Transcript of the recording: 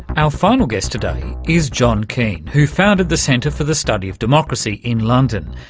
our final guest today is john keane who founded the centre for the study of democracy in london,